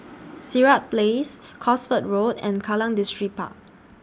Sirat Place Cosford Road and Kallang Distripark